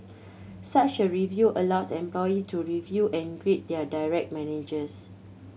such a review allows employee to review and grade their direct managers